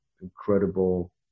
incredible